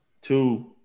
Two